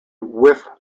whiff